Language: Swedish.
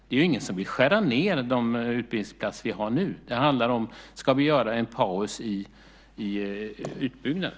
Det är ju ingen som vill skära ned de utbildningsplatser vi har nu. Det handlar om huruvida vi ska göra en paus i utbyggnaden.